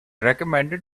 recommended